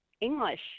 English